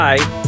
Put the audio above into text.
Bye